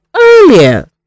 earlier